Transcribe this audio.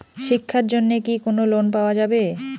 শিক্ষার জন্যে কি কোনো লোন পাওয়া যাবে?